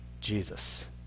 Jesus